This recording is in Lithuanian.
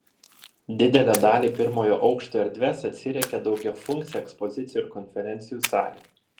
didelę dalį pirmojo aukšto erdvės atsiriekia daugiafunkcė ekspozicijų ir konferencijų salė